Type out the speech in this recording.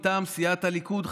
מטעם סיעת הליכוד,